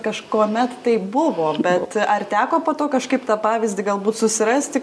kažkuomet taip buvo bet ar teko po to kažkaip tą pavyzdį galbūt susirasti